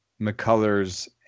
McCullers